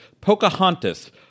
Pocahontas